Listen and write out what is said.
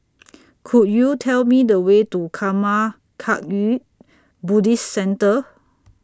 Could YOU Tell Me The Way to Karma Kagyud Buddhist Centre